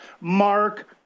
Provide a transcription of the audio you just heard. Mark